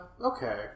Okay